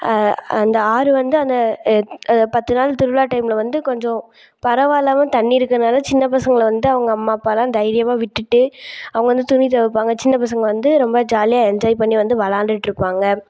அந்த ஆறு வந்து அந்த எட் அந்த பத்து நாள் திருவிழா டைமில் வந்து கொஞ்சம் பரவாயில்லாம தண்ணியிருக்கிறதுனால சின்ன பசங்களை வந்து அவங்க அம்மா அப்பாவெல்லாம் தைரியமாக விட்டுவிட்டு அவங்க வந்து துணி துவைப்பாங்க சின்ன பசங்கள் வந்து ரொம்ப ஜாலியாக என்ஜாய் பண்ணி வந்து விளாண்டுட்டுருப்பாங்க